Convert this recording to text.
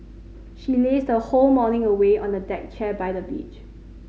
she lazed her whole morning away on a deck chair by the beach